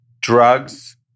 drugs